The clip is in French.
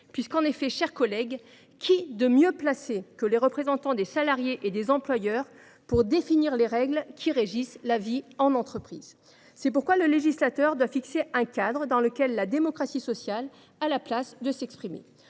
du dialogue social. Qui mieux que les représentants des salariés et des employeurs peut définir les règles qui régissent la vie en entreprise ? C’est pourquoi le législateur doit fixer un cadre dans lequel la démocratie sociale a la possibilité de s’exprimer.